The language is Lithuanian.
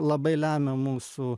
labai lemia mūsų